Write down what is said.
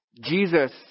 Jesus